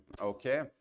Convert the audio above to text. okay